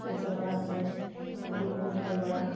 পৰ্যটক আছে বহুত বহুত ঠাইৰ পৰা